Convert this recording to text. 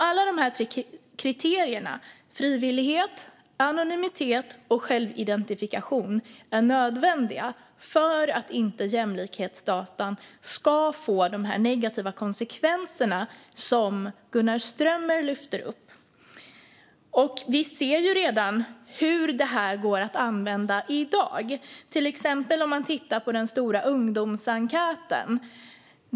Alla dessa kriterier - frivillighet, anonymitet och självidentifikation - är nödvändiga för att inte jämlikhetsdatan ska få de negativa konsekvenser som Gunnar Strömmer lyfter upp. Vi ser hur detta går att använda redan i dag. Man kan till exempel titta på den stora ungdomsenkäten.